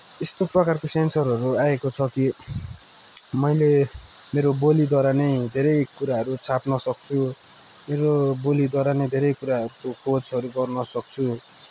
यस्तो प्रकारको सेन्सरहरू आएको छ कि मैले मेरो बोलीद्वारा नै धेरै कुराहरू छाप्नसक्छु मेरो बोलीद्वारा नै धेरै कुराहरूको खोजहरू गर्नसक्छु